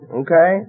okay